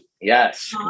Yes